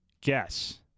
Guess